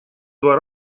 два